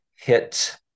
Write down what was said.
hit